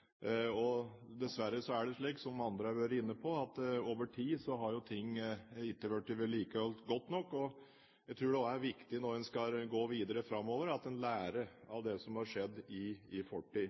politikk. Dessverre er det slik, som andre har vært inne på, at over tid har ting ikke blitt vedlikeholdt godt nok. Jeg tror også det er viktig når en skal gå videre framover, at en lærer av det som har skjedd i fortid.